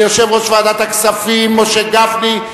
ליושב-ראש ועדת הכספים משה גפני,